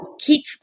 keep